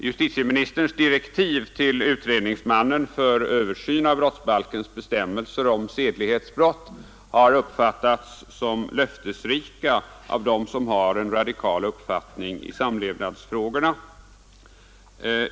Justitieministerns direktiv till utredningsmannen för översyn av brottsbalkens bestämmelser om sedlighetsbrott har uppfattats som löftesrika av dem som har en radikal uppfattning i samlevnadsfrågorna.